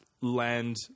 land